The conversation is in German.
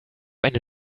eine